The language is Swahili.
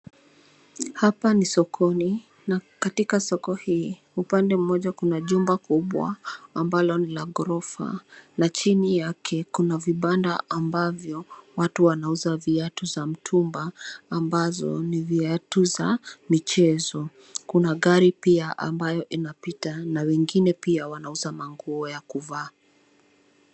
Hapa ni Sokoni, na katika Soko hii, upande mmoja kuna jumba kubwa, ambalo ni la ghorofa, na chini yake kuna vibanda ambavyo, watu wanauza viatu za mtumba, ambazo ni viatu za michezo. Kuna gari pia ambayo inapita, na wengine pia wanauza mango ya kuvaa.